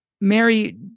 Mary